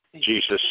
Jesus